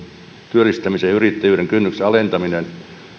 työllistämisen ja yrittäjyyden kynnyksen alentaminen